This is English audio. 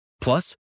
Plus